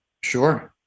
Sure